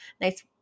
nice